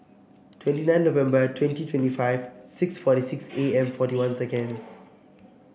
twenty nine November twenty twenty five six forty six A M forty one seconds